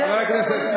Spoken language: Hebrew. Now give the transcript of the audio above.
חבר הכנסת יואל חסון.